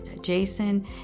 Jason